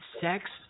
sex